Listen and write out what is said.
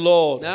Lord